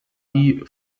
die